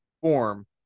Form